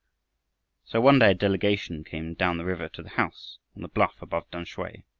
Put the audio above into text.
so one day a delegation came down the river to the house on the bluff above tamsui.